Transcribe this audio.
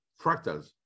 fractals